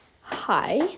hi